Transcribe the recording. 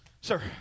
Sir